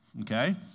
Okay